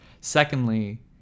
Secondly